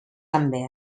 també